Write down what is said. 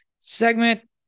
segment